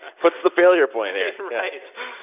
what's the failure point here? right.